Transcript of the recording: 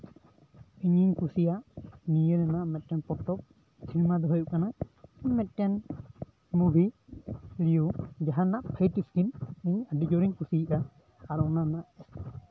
ᱤᱧᱤᱧ ᱠᱩᱥᱤᱭᱟᱜ ᱱᱤᱭᱟᱹ ᱨᱮᱱᱟᱜ ᱢᱤᱫᱴᱟᱝ ᱯᱚᱛᱚᱵ ᱥᱮᱨᱢᱟ ᱫᱚ ᱦᱩᱭᱩᱜ ᱠᱟᱱᱟ ᱢᱤᱫᱴᱟᱝ ᱢᱩᱵᱷᱤ ᱱᱤᱭᱩ ᱡᱟᱦᱟᱱᱟᱜ ᱯᱷᱟᱭᱤᱴ ᱤᱥᱠᱤᱱ ᱤᱧ ᱟᱹᱰᱤ ᱡᱳᱨᱤᱧ ᱠᱩᱥᱤᱭᱟᱜ ᱟ ᱟᱨ ᱚᱱᱟ ᱨᱮᱱᱟᱜ